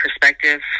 perspective